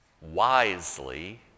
wisely